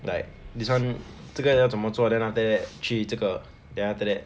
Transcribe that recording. like this [one] 这个要怎么做 then after that 去这个 then after that